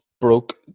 broke